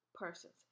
persons